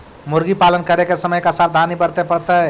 मुर्गी पालन करे के समय का सावधानी वर्तें पड़तई?